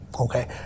Okay